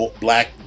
black